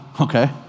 okay